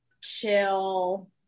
chill